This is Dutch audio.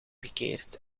bekeert